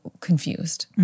confused